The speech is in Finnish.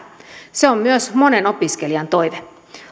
se on myös monen opiskelijan toive